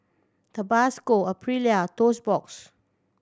Tabasco Aprilia Toast Box